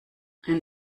ein